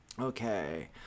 Okay